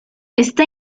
está